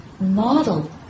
model